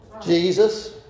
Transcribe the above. Jesus